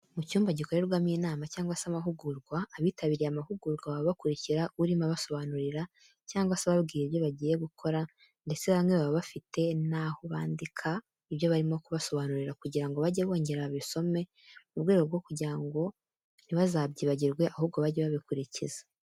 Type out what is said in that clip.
Mu cyumba gikorerwamo inama cyangwa se amahugurwa, abitabiriye amahugurwa baba bakurikira urimo abasobanurira cyangwa se ababwira ibyo bagiye gukora ndetse bamwe baba bafite naho bandika ibyo barimo kubasobanurira kugira ngo bajye bongera babisome mu rwego rwo kugira ngo ntibazabyibagirwe ahubwo bajye babikurikiza.